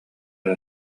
эрэ